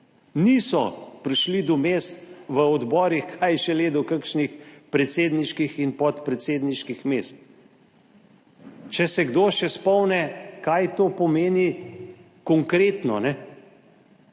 niso prišli do mest v odborih, kaj šele do kakšnih predsedniških in podpredsedniških mest? Se kdo še spomni, kaj pomeni to: Konkretno?